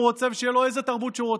רוצה ושתהיה לו איזה תרבות שהוא רוצה.